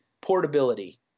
portability